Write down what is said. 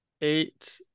eight